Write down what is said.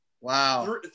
Wow